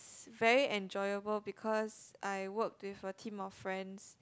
very enjoyable because I worked with a team of friends